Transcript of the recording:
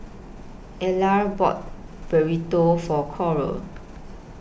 Ellar bought Burrito For Coral